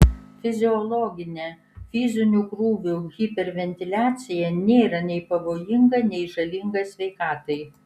fiziologinė fizinių krūvių hiperventiliacija nėra nei pavojinga nei žalinga sveikatai